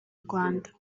rwanda